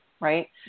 right